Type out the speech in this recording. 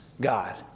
God